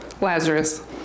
Lazarus